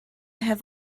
have